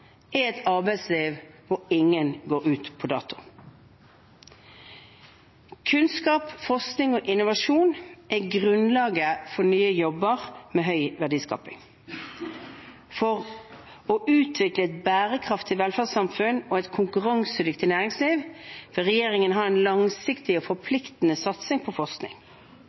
er et arbeidsliv hvor ingen går ut på dato. Kunnskap, forskning og innovasjon er grunnlaget for nye jobber med høy verdiskaping. For å utvikle et bærekraftig velferdssamfunn og et konkurransedyktig næringsliv vil regjeringen ha en langsiktig og forpliktende satsing på forskning.